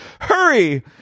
Hurry